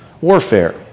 warfare